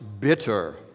bitter